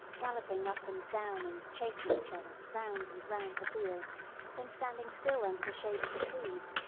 galloping up and down and chasing each other round and round the field then standing still under the shade of the trees.